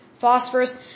phosphorus